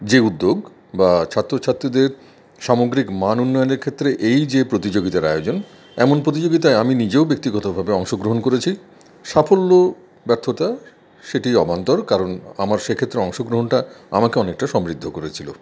যে উদ্যোগ বা ছাত্রছাত্রীদের সামগ্রিক মান উন্নয়নের ক্ষেত্রে এই যে প্রতিযোগিতার আয়োজন এমন প্রতিযোগিতায় আমি নিজেও ব্যাক্তিগতভাবে অংশগ্রহণ করেছি সাফল্য ব্যর্থতা সেটি অবান্তর কারণ আমার সেক্ষেত্রে অংশগ্রহণটা আমাকে অনেকটা সমৃদ্ধ করেছিলো